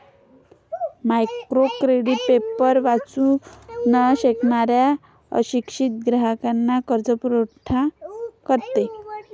micro credit paper वाचू न शकणाऱ्या अशिक्षित ग्राहकांना कर्जपुरवठा करते